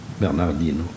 Bernardino